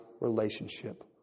relationship